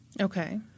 Okay